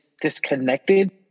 disconnected